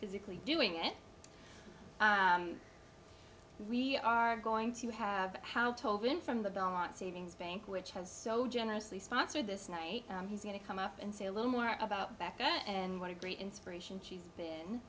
physically doing it we are going to have how told win from the belmont savings bank which has so generously sponsored this night he's going to come up and say a little more about becca and what a great inspiration she's been